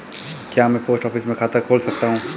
क्या मैं post office में खाता खोल सकता हूँ?